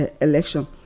election